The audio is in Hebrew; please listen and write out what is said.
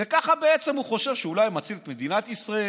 וככה בעצם הוא חושב שאולי הוא מציג את מדינת ישראל.